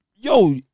yo